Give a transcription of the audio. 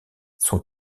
son